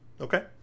Okay